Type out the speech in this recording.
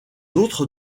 autres